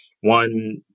One